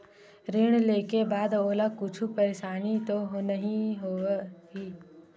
ऋण लेके बाद मोला कुछु परेशानी तो नहीं होही?